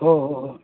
हो हो हो